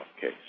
case